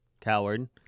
coward